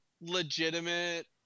legitimate